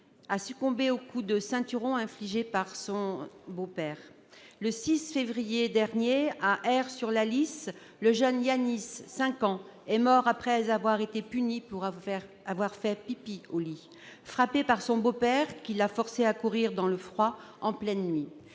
a succombé aux coups de ceinturon infligés par son beau-père. Le 6 février dernier, à Aire-sur-la-Lys, le jeune Yannis, cinq ans, est mort après avoir été puni pour avoir fait pipi au lit, frappé par son beau-père qui l'a forcé à courir dans le froid en pleine nuit.